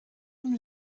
them